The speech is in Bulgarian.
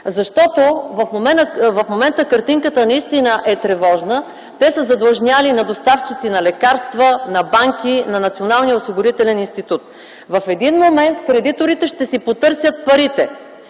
Защото в момента картинката наистина е тревожна. Те са задлъжнели на доставчици на лекарства, на банки, на Националния осигурителен институт. В един момент кредиторите ще си потърсят парите